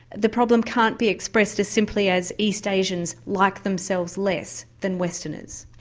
the problem can't be expressed as simply as east asians like themselves less than westerners.